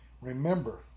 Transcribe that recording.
Remember